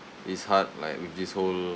it's hard like with this whole